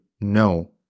no